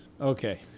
Okay